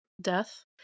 death